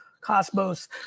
Cosmos